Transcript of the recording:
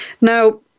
Now